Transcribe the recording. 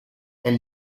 elle